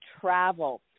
travel